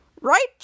Right